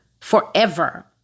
forever